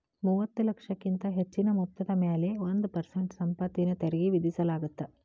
ಮೂವತ್ತ ಲಕ್ಷಕ್ಕಿಂತ ಹೆಚ್ಚಿನ ಮೊತ್ತದ ಮ್ಯಾಲೆ ಒಂದ್ ಪರ್ಸೆಂಟ್ ಸಂಪತ್ತಿನ ತೆರಿಗಿ ವಿಧಿಸಲಾಗತ್ತ